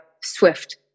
SWIFT